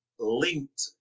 Linked